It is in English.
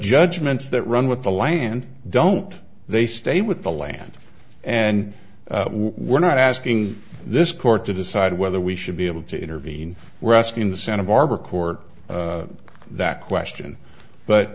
judgments that run with the land don't they stay with the land and we're not asking this court to decide whether we should be able to intervene we're asking the santa barbara court that question but